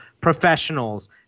professionals